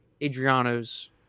Adriano's